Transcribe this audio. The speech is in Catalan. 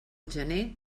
gener